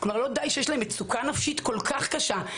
כלומר לא די שיש להם מצוקה נפשית כל כך קשה,